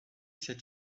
ces